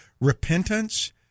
repentance